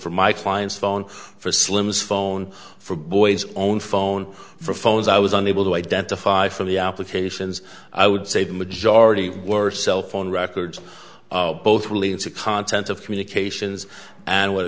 from my clients phone for slim's phone for boys own phone for phones i was unable to identify from the applications i would say the majority were cell phone records both really into content of communications and w